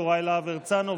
יוראי להב הרצנו,